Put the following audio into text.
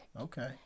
Okay